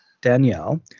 Danielle